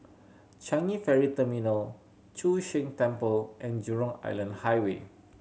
Changi Ferry Terminal Chu Sheng Temple and Jurong Island Highway